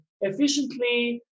efficiently